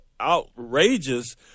outrageous